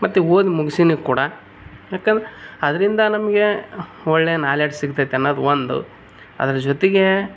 ಮತ್ತು ಓದಿ ಮುಗ್ಸಿನಿ ಕೂಡ ಯಾಕೆ ಅದರಿಂದ ನಮಗೆ ಒಳ್ಳೇ ನಾಲೆಜ್ ಸಿಗುತೈತಿ ಅನ್ನೋದ್ ಒಂದು ಅದರ ಜೊತೆಗೇ